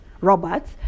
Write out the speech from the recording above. Roberts